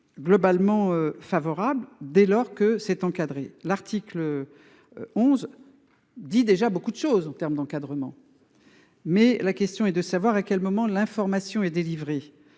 Globalement favorable, dès lors que cette encadré l'article. 11. Dit déjà beaucoup de choses en terme d'encadrement. Mais la question est de savoir à quel moment l'information est délivré